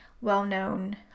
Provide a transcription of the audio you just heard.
well-known